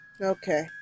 Okay